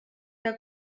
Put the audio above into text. que